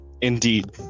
Indeed